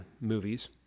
movies